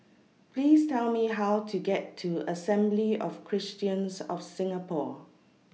Please Tell Me How to get to Assembly of Christians of Singapore